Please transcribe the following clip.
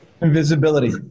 Invisibility